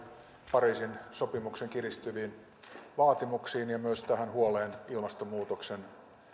pariisin sopimuksen kiristyviin vaatimuksiin ja myös tähän huoleen ilmastonmuutoksen